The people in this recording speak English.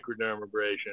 microdermabrasion